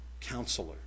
Counselor